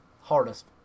hardest